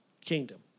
kingdom